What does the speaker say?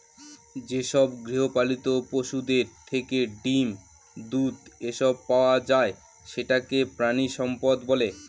যেসব গৃহপালিত পশুদের থেকে ডিম, দুধ, এসব পাওয়া যায় সেটাকে প্রানীসম্পদ বলে